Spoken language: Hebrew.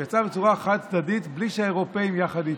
הוא יצא בצורה חד-צדדית בלי שהאירופים יחד איתו.